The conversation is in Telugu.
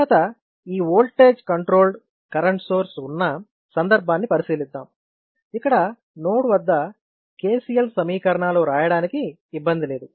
తరువాత ఈ ఓల్టేజ్ కంట్రోల్డ్ కరెంట్ సోర్స్ ఉన్న సందర్భాన్ని పరిశీలిద్దాం ఇక్కడ నోడ్ వద్ద KCL సమీకరణాలు వ్రాయడానికి ఇబ్బంది లేదు